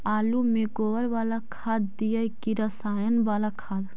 आलु में गोबर बाला खाद दियै कि रसायन बाला खाद?